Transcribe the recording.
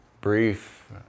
Brief